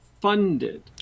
funded